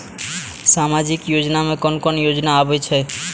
सामाजिक योजना में कोन कोन योजना आबै छै?